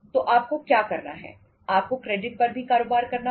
तो आपको क्या करना है आपको क्रेडिट पर भी कारोबार करना होगा